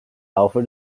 laufe